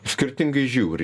skirtingai žiūri